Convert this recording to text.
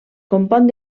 compon